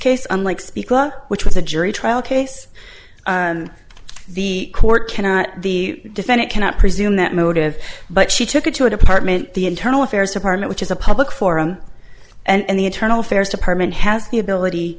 law which was a jury trial case the court cannot the defendant cannot presume that motive but she took it to a department the internal affairs department which is a public forum and the internal affairs department has the ability